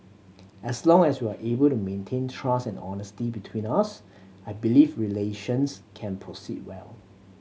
as long as we are able to maintain trust and honesty between us I believe relations can proceed well